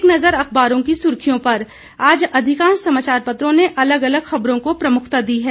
एक नज़र अखबारों की सुर्खियों पर आज अधिकांश समाचार पत्रों अलग अलग खबरों को प्रमुखता दी है